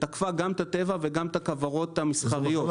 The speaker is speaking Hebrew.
שתקפה גם את הטבע וגם את הכוורות המסחריות.